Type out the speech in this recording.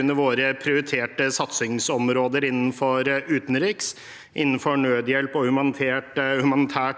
under våre prioriterte satsingsområder innenfor utenriks, innenfor nødhjelp og humanitært